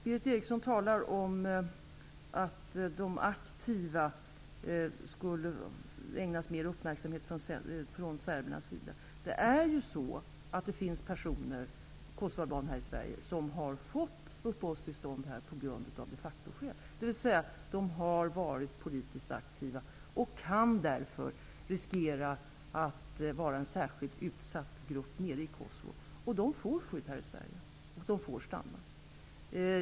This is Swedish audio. Berith Eriksson säger att de aktiva ägnas mer uppmärksamhet från serbernas sida. Det finns ju kosovoalbaner i Sverige som har fått uppehållstillstånd på grund av de facto-skäl, dvs. de har varit politiskt aktiva och kan därför riskera att bli en särskilt utsatt grupp nere i Kosovo. Dessa kosovoalbaner får skydd här i Sverige, och de får stanna.